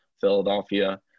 Philadelphia